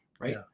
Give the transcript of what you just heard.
right